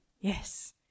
Yes